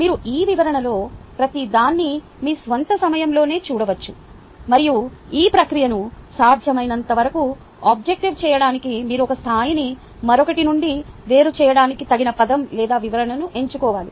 మీరు ఈ వివరణలో ప్రతిదాన్ని మీ స్వంత సమయంలోనే చూడవచ్చు మరియు ఈ ప్రక్రియను సాధ్యమైనంత వరకు ఆబ్జెక్టివ్ చేయడానికి మీరు ఒక స్థాయిని మరొకటి నుండి వేరు చేయడానికి తగిన పదం లేదా వివరణను ఎంచుకోవాలి